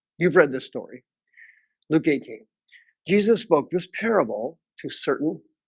you've read this story luke eighteen jesus spoke this parable to certain